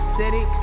city